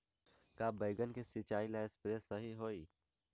का बैगन के सिचाई ला सप्रे सही होई?